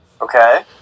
Okay